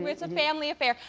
it's a family affair.